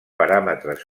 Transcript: paràmetres